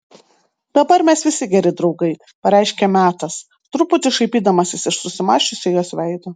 dabar mes visi geri draugai pareiškė metas truputį šaipydamasis iš susimąsčiusio jos veido